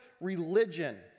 religion